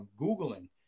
Googling